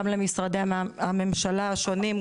גם למשרדי הממשלה השונים,